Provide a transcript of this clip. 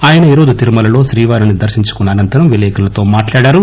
ఆయన ఈ రోజు తిరుమలలో శ్రీవారిని దర్పించుకున్న అనంతరం విలేకరులతో మాట్లాడారు